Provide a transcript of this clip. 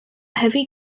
heavy